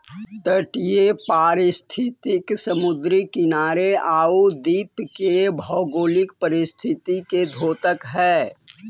तटीय पारिस्थितिकी समुद्री किनारे आउ द्वीप के भौगोलिक परिस्थिति के द्योतक हइ